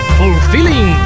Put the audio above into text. fulfilling